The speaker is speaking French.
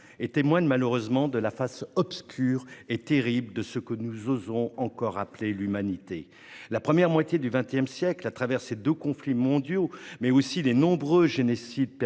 et témoignent malheureusement de la face obscure et terrible de ce que nous osons encore appeler l'humanité. La première moitié du XX siècle, au travers de ses deux conflits mondiaux, mais aussi des nombreux génocides perpétrés